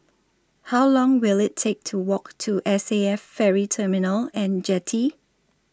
How Long Will IT Take to Walk to S A F Ferry Terminal and Jetty